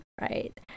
right